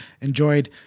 enjoyed